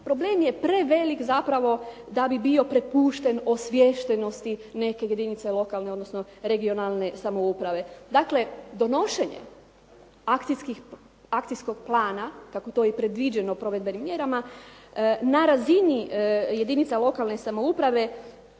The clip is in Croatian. problem je prevelik zapravo da bi bio prepušten osviještenosti neke jedinice lokalne, odnosno regionalne samouprave. Dakle, donošenje akcijskog plana, kako je to i predviđeno provedbenim mjerama, na razini jedinica lokalne samouprave